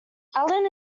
allen